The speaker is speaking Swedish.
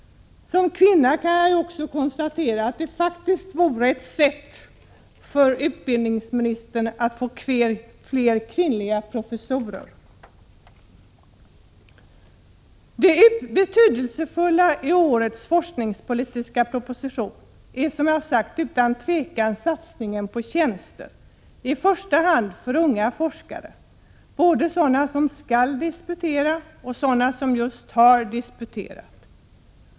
Som kvinna kan jag också konstatera att det faktiskt vore ett sätt för utbildningsministern att få fler kvinnliga professorer. Det betydelsefulla i årets forskningspolitiska proposition är, som jag har sagt, satsningen på tjänster i första hand för unga forskare, både sådana som skall disputera och sådana som just har disputerat.